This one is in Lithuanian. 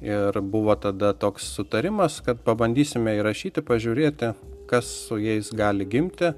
ir buvo tada toks sutarimas kad pabandysime įrašyti pažiūrėti kas su jais gali gimti